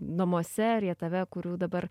namuose rietave kurių dabar